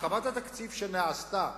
הרחבת התקציב שנעשתה